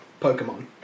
Pokemon